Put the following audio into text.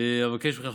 אבקש מכם,